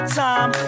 time